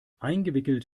eingewickelt